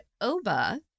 Oba